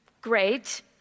great